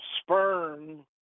sperm